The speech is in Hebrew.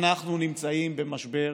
אנחנו נמצאים במשבר